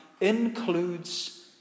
includes